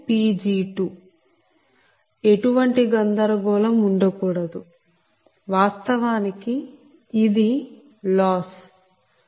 ఎటువంటి గందరగోళం ఉండ కూడదు వాస్తవానికి ఇది లాస్నష్టం loss